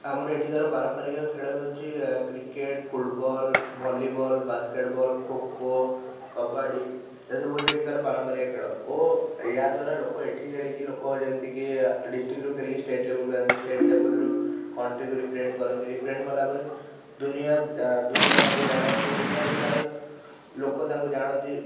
ଆମର ଏଠିକାର ପାରମ୍ପାରିକ ଖେଳ ହେଉଛି cricket football volleyball basketball kho kho kabaddi ଏସବୁ ହେଉଛି ଏଠିକାର ପାରମ୍ପାରିକ ଖେଳ ଓ ୟା ଦ୍ଵାରା ଲୋକ ଏଠି ଖେଳିକି ଲୋକ ଯେମିତି କି ଡିଷ୍ଟିକ କୁ ରୁ ଖେଳିକି ଷ୍ଟେଟ୍ ଲେବଲ କୁ ଯାଆନ୍ତି ଷ୍ଟେଟ୍ ଲେବଲ ରୁ କଣ୍ଟ୍ରି କୁ ରିପ୍ରେଜେଣ୍ଟ କରନ୍ତି ରିପ୍ରେଜେଣ୍ଟ କଲା ପରେ ଦୁନିଆ ଦୁନିଆ ତାଙ୍କୁ ଜାଣେ ଓ ଦୁନିଆ ପ୍ରକାର ଲୋକ ତାଙ୍କୁ ଜାଣନ୍ତି